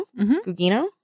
Gugino